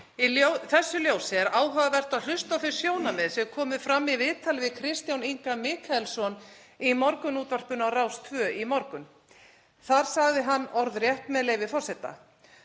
Í þessu ljósi er áhugavert að hlusta á þau sjónarmið sem komu fram í viðtali við Kristján Inga Mikaelsson í morgunútvarpinu á Rás 2 í morgun. Þar sagði hann orðrétt, með leyfi forseta: